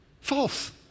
False